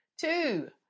Two